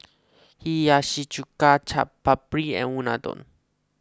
Hiyashi Chuka Chaat Papri and Unadon